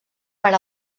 per